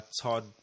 Todd